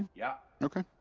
yeah. okay.